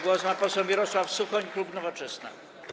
Głos ma poseł Mirosław Suchoń, klub Nowoczesna.